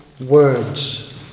words